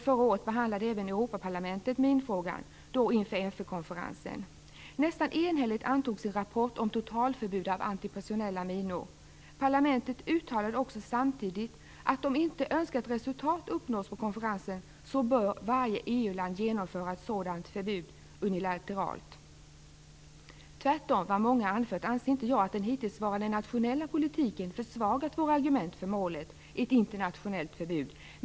Förra året behandlade även Europaparlamentet minfrågan. Det skedde inför FN-konferensen. Nästan enhälligt antogs en rapport om totalförbud av antipersonella minor. Samtidigt sade man också att om önskat resultat inte uppnås på konferensen bör varje EU land genomföra ett sådant förbud unilateralt. Tvärtemot vad många anfört anser inte jag att den hittillsvarande nationella politiken försvagat våra argument för målet ett internationellt förbud.